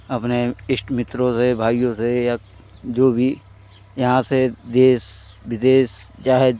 अपने ईष्ट मित्रों से भाइयों से या जो भी यहाँ से देश विदेश चाहे